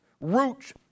roots